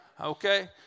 okay